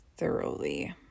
thoroughly